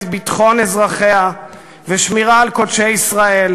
את ביטחון אזרחיה ושמירה על קודשי ישראל,